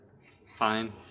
Fine